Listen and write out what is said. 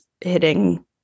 hitting